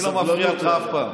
אני לא מפריע לך אף פעם.